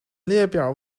列表